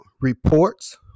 reports